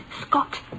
Scott